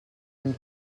amb